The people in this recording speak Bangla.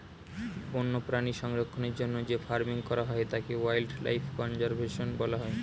বন্যপ্রাণী সংরক্ষণের জন্য যে ফার্মিং করা হয় তাকে ওয়াইল্ড লাইফ কনজার্ভেশন বলা হয়